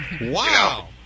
Wow